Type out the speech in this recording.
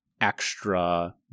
extra